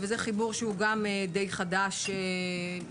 זה חיבור שהוא גם די חדש מבחינתנו,